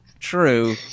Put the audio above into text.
true